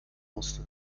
musste